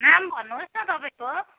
नाम भन्नुहोस् न तपाईँको